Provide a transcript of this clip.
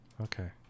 Okay